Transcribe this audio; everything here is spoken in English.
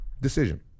decision